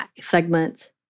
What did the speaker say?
segment